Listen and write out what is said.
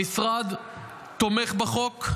המשרד תומך בחוק,